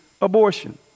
abortion